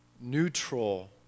neutral